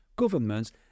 governments